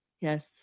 Yes